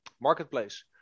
marketplace